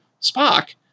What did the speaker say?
Spock